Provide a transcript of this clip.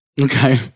Okay